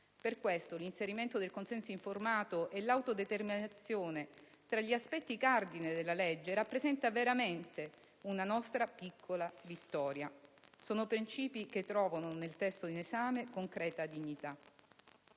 Per tale motivo, l'inserimento del consenso informato e l'autodeterminazione tra gli aspetti cardine del disegno di legge rappresenta veramente una nostra piccola vittoria: sono princìpi che trovano, nel testo in esame, concreta dignità.